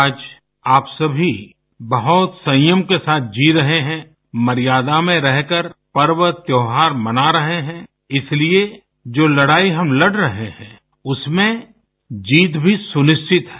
आज आप सभी बहुत संयम के साथ जी रहे हैं मर्यादा में रहकर पर्व त्यौहार मना रहे हैं इसलिए जो लड़ाई हम लड़ रहे हैं उसमें जीत भी सुनिश्चित है